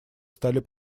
стали